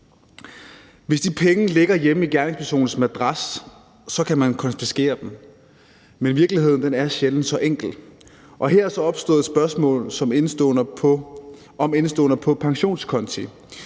Hvis de penge ligger hjemme i gerningspersonen madras, kan man konfiskere dem. Men virkeligheden er sjældent så enkelt. Her er så opstået et spørgsmål om indeståender på pensionskonti.